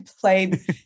played